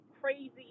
crazy